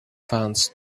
funds